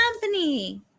company